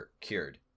cured